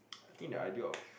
I think the idea of